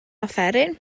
offeryn